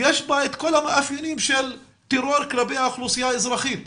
יש בה את כל המאפיינים של טרור כלפי האוכלוסייה האזרחית.